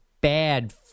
bad